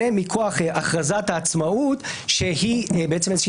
זה מכוח הכרזת העצמאות שהיא בעצם איזושהי